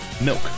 milk